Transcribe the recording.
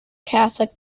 catholic